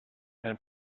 and